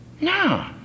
No